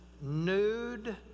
Nude